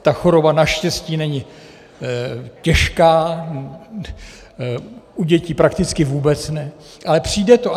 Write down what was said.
Ta choroba naštěstí není těžká, u dětí prakticky vůbec ne, ale přijde to.